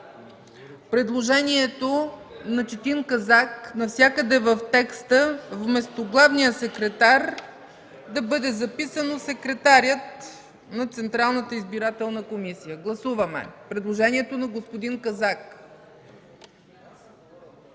предложението на Четин Казак: навсякъде в текста вместо „главния секретар” да бъде записано „секретарят на Централната избирателна комисия”. Гласували 83 народни